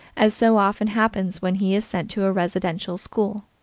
as so often happens when he is sent to a residential school.